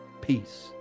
peace